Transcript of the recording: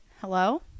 hello